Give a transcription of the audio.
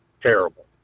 terrible